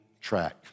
track